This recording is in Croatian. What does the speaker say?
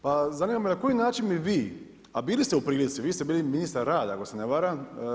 Pa zanima me, na koji način bi vi, a bili ste u prilici, vi ste bili ministar rada ako se ne varam.